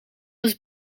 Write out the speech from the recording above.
was